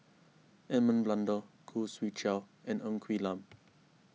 Edmund Blundell Khoo Swee Chiow and Ng Quee Lam